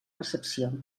recepció